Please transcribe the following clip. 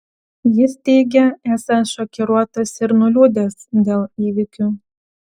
jis teigė esąs šokiruotas ir nuliūdęs dėl įvykių